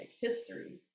history